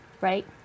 right